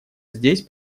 здесь